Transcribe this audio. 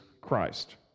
Christ